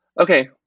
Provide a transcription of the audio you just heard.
Okay